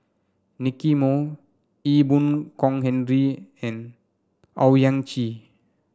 Nicky Moey Ee Boon Kong Henry and Owyang Chi